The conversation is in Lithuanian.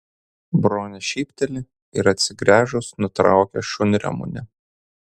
bronė šypteli ir atsigręžus nutraukia šunramunę